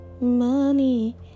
money